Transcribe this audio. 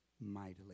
mightily